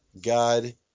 God